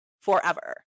forever